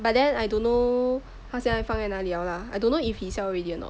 but then I don't know 他现在放在哪里 liao lah I don't know if he sell already or not